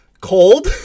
cold